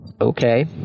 Okay